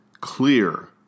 clear